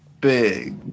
big